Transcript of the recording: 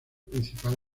principal